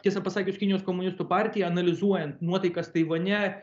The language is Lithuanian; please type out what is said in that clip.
tiesą pasakius kinijos komunistų partija analizuojant nuotaikas taivane